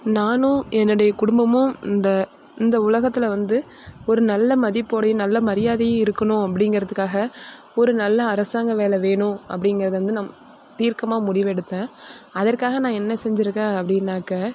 நானும் என்னுடைய குடும்பமும் இந்த இந்த உலகத்தில் வந்து ஒரு நல்ல மதிப்போடயும் நல்ல மரியாதையும் இருக்கணும் அப்படிங்கிறதுக்காக ஒரு நல்ல அரசாங்க வேலை வேணும் அப்படிங்கிறது வந்து நம் தீர்க்கமாக முடிவெடுத்தேன் அதற்காக நா என்ன செஞ்சுருக்கேன் அப்படினாக்கா